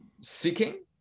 seeking